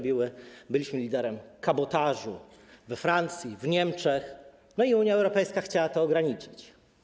Byliśmy liderem w zakresie kabotażu we Francji, w Niemczech i Unia Europejska chciała to ograniczyć.